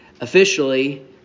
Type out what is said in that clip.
officially